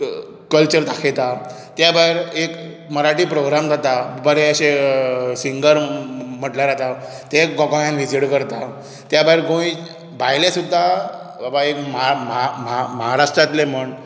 culture दाखयतात ते भायर एक मराठी प्रोग्राम जाता बरे अशे सिंगर म्हटल्यार जाता ते गोंयांत विसिट करतात त्या भायर गोंया भायले सुद्दां बाबा ए म्हा म्हा महाराष्ट्रांतले म्हण